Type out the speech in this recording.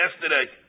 yesterday